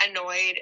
annoyed